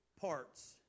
parts